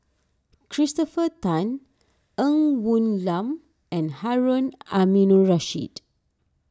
Christopher Tan Ng Woon Lam and Harun Aminurrashid